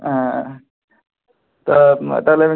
হ্যাঁ তা তাহলে